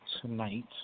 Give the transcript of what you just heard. tonight